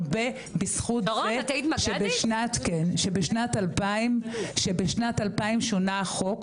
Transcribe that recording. הרבה בזכות זה שבשנת 2000 שונה החוק,